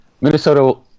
Minnesota